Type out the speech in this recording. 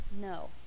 No